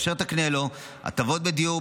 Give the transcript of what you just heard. אשר תקנה לו הטבות בדיור,